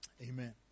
Amen